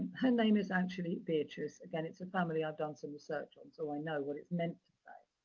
her name is actually beatrice. again, it's a family i've done some research on, so i know what it's meant to say.